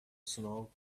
snow